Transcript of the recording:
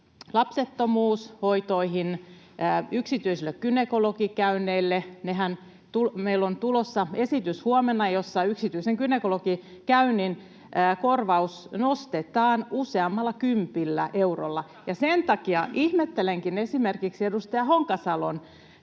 lapsettomuushoitoihin ja yksityisille gynekologikäynneille. Meillä on tulossa huomenna esitys, jossa yksityisen gynekologikäynnin korvaus nostetaan useammalla kymmenellä eurolla, ja sen takia ihmettelenkin esimerkiksi edustaja Honkasalon